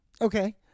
Okay